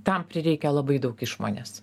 tam prireikia labai daug išmonės